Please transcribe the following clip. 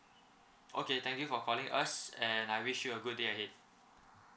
okay thank you for calling us and I wish you a good day ahead